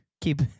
Keep